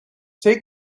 take